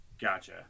Gotcha